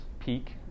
peak